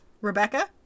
rebecca